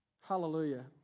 Hallelujah